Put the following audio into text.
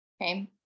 Okay